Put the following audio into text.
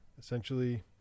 essentially